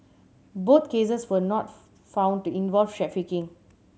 both cases were not found to involve trafficking